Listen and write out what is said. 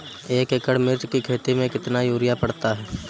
एक एकड़ मिर्च की खेती में कितना यूरिया पड़ता है?